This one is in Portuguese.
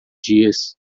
dias